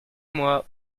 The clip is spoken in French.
moi